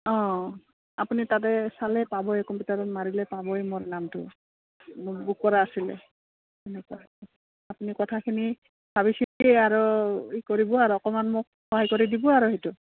অঁ আপুনি তাতে চালে পাবই কম্পিউটাৰত মাৰিলে পাবই মোৰ নামটো মোৰ বুক কৰা আছিলে তেনেকুৱা আপুনি কথাখিনি কৰিব আৰু অকমান মোক সহায় কৰি দিব আৰু সেইটো